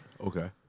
okay